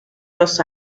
los